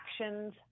actions